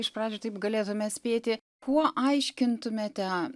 iš pradžių taip galėtume spėti kuo aiškintumėte